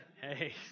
Hey